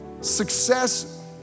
Success